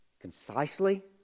concisely